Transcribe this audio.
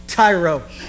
Tyro